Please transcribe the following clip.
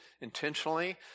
intentionally